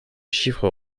chiffres